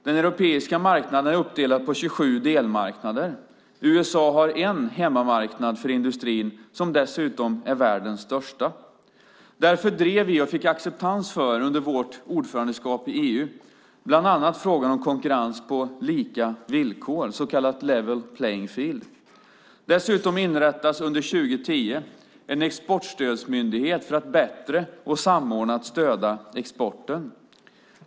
Den europeiska marknaden är uppdelad på 27 delmarknader. USA har en hemmamarknad för industrin, som dessutom är världens största. Därför drev vi, och fick acceptans för, under vårt ordförandeskap i EU bland annat frågan om konkurrens på lika villkor, så kallad level playing field. Dessutom inrättas under 2010 en exportstödsmyndighet för att bättre och samordnat stödja exporten.